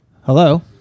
Hello